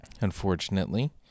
unfortunately